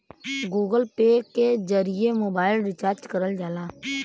Google Pay के जरिए mobile recharge करल जाला